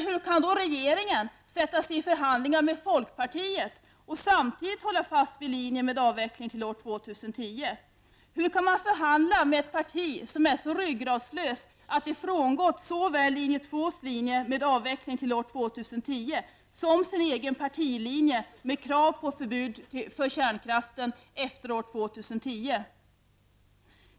Hur kan regeringen sätta sig i förhandlingar med folkpartiet och samtidigt hålla fast vid linjen med avveckling till år 2010? Hur kan man förhandla med ett parti som är så ryggradslöst att det frångått såväl linje 2-s linje med avveckling till år 2010 som sin egen partilinje med krav på förbud för kärnkraft efter år 2010?